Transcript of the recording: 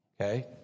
Okay